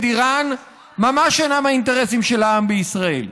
איראן ממש אינם האינטרסים של העם בישראל.